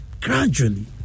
gradually